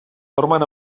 dormen